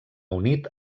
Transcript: unit